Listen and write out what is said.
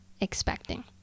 expecting